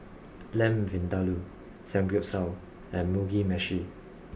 Lamb Vindaloo Samgyeopsal and Mugi Meshi